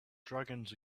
dragons